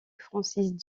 francis